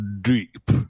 deep